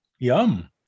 Yum